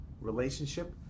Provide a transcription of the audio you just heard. relationship